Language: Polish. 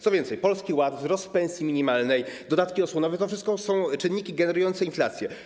Co więcej, Polski Ład, wzrost pensji minimalnej, dodatki osłonowe - to wszystko są czynniki generujące inflację.